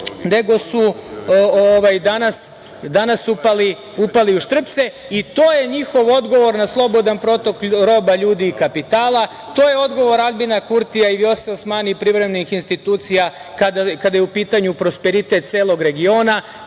nego su danas upali u Šrtpce i to je njihov odgovor na slobodan protok roba ljudi i kapitala. To je odgovor Aljbina Kurtija, Vjose Osmani i privremenih institucija kada je u pitanju prosperitet celog regiona,